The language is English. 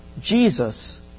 Jesus